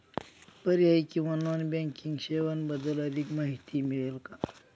पर्यायी किंवा non banking सेवांबद्दल अधिक माहिती मिळेल का?